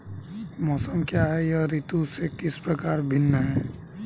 मौसम क्या है यह ऋतु से किस प्रकार भिन्न है?